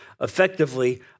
effectively